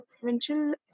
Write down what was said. Provincial